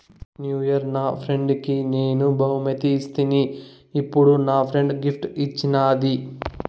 new year నా ఫ్రెండ్కి నేను బహుమతి ఇస్తిని, ఇప్పుడు నా ఫ్రెండ్ గిఫ్ట్ ఇచ్చిన్నాది